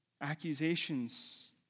Accusations